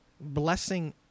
blessing